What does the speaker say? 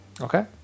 Okay